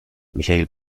michael